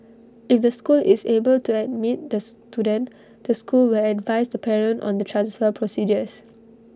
if the school is able to admit the student the school will advise the parent on the transfer procedures